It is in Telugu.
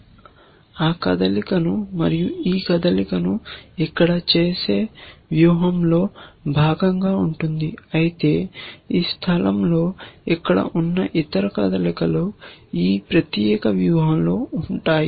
ప్రత్యామ్నాయంగా ఈ లీఫ్ కూడా MAX ఆ కదలికను మరియు ఈ కదలికను ఇక్కడ చేసే వ్యూహంలో భాగంగా ఉంటుంది అయితే ఈ స్థలంలో ఇక్కడ ఉన్న ఇతర కదలికలు ఈ ప్రత్యేక వ్యూహంలో ఉంటాయి